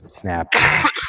snap